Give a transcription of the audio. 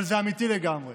אבל זה אמיתי לגמרי.